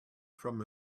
from